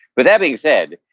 with that being said,